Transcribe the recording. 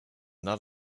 not